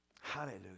Hallelujah